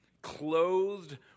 clothed